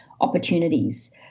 opportunities